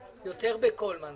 ליצמן.